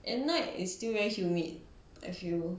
at night is still very humid if you